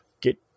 get